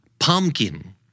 Pumpkin